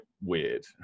weird